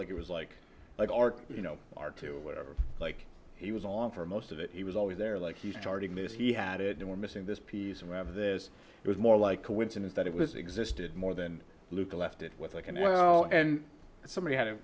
like it was like like art you know are to whatever like he was on for most of it he was always there like he's starting this he had it and we're missing this piece and we have this it was more like coincidence that it was existed more than luke left it with like and well and somebody had an